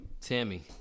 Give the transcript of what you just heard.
Tammy